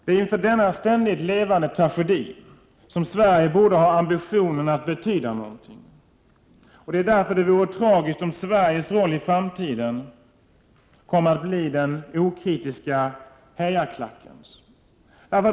Det är inför denna ständigt levande tragedi som Sverige borde ha ambitionen att betyda någonting. Därför vore det tragiskt om Sveriges roll i framtiden kom att bli den okritiska hejarklackens.